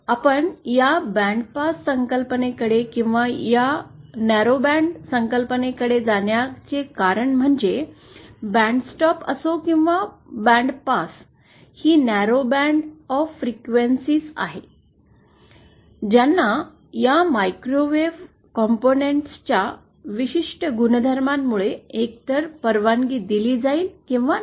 आपण या बँडपास संकल्पनेकडे किंवा या अरुंद बँड संकल्पनेकडे जाण्याचे कारण म्हणजे बँडस्टॉप असो किंवा बँडपास ही न्यारो बँड ऑफ फ्रेक्युएन्सिएस आहे ज्यांना या मायक्रोवेव्ह मायक्रोवेव्ह घटकाच्या विशिष्ट गुणधर्मांमुळे एकतर परवानगी दिली जाईल किंवा नाही